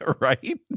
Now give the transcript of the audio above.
Right